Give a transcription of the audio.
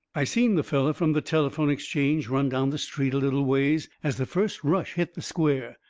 i seen the feller from the telephone exchange run down the street a little ways as the first rush hit the square,